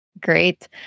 Great